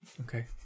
okay